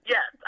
Yes